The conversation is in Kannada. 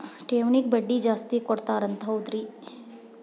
ಠೇವಣಿಗ ಬಡ್ಡಿ ಜಾಸ್ತಿ ಕೊಡ್ತಾರಂತ ಹೌದ್ರಿ?